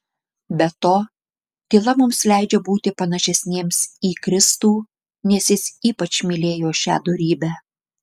be to tyla mums leidžia būti panašesniems į kristų nes jis ypač mylėjo šią dorybę